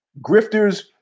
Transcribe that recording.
Grifters